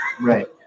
Right